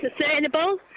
sustainable